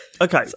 Okay